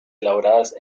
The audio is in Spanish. elaboradas